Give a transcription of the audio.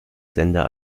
sender